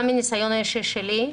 וגם מניסיון אישי שלי,